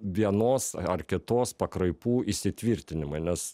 vienos ar kitos pakraipų įsitvirtinimai nes